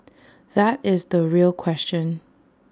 that is the real question